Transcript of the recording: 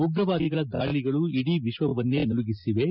ಉಗ್ರವಾದಿಗಳ ದಾಳಿಗಳು ಇದೀ ವಿಶ್ವವನ್ನೇ ನಲುಗಿಸಿವೆ